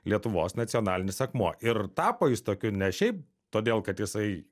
lietuvos nacionalinis akmuo ir tapo jis tokiu ne šiaip todėl kad jisai